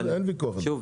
שוב,